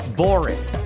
boring